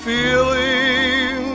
Feeling